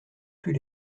plus